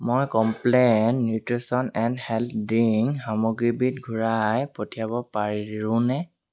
মই Complan nutrition and health drink সামগ্ৰীবিধ ঘূৰাই পঠিয়াব পাৰোঁনে